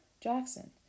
Jackson